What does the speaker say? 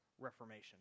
Reformation